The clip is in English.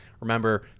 remember